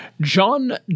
John